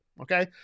okay